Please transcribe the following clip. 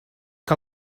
que